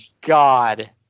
god